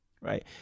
Right